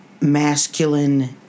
masculine